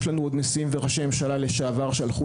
יש לנו עוד נשיאים וראשי ממשלה לשעבר שהלכו